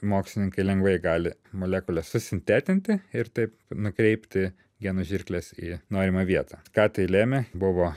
mokslininkai lengvai gali molekules susintetinti ir taip nukreipti genų žirkles į norimą vietą ką tai lėmė buvo